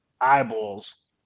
eyeballs